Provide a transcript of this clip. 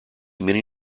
many